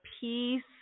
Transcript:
peace